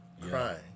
crying